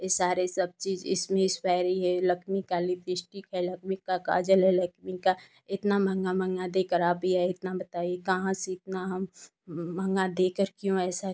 यह सारी सब चीज़ इसमें एक्सपाइरी है लैक्मे का लिपस्टिक है लैक्मे का काजल है लैक्मे का इतना महँगा महँगा देकर आप यही इतना बताइए कहाँ से इतना हम महँगा देकर क्यों ऐसा